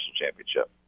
championship